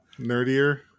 Nerdier